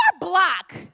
block